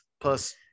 Plus